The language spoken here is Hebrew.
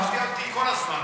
אתה מפתיע אותי כל הזמן.